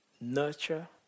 nurture